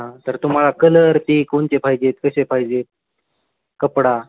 हां तर तुम्हाला कलर ते कोणते पाहिजेत कसे पाहिजेत कपडा